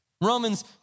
Romans